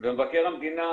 ומבקר המדינה,